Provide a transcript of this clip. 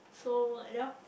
so like that orh